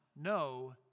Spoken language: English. no